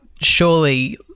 surely